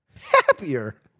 Happier